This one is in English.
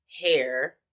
hair